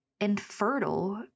infertile